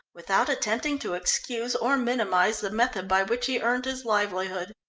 without attempting to excuse or minimise the method by which he earned his livelihood.